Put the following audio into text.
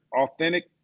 authentic